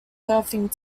surfing